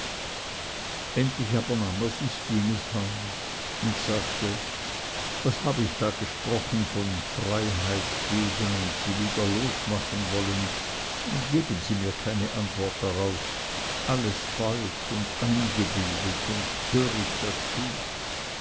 er sich stines hand und sagte was hab ich da gesprochen von freiheit geben und sie wieder losmachen wollen geben sie mir keine antwort darauf alles falsch und eingebildet und töricht dazu